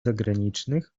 zagranicznych